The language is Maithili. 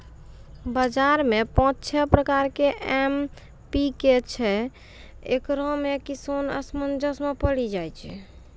बाजार मे पाँच छह प्रकार के एम.पी.के छैय, इकरो मे किसान असमंजस मे पड़ी जाय छैय?